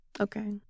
Okay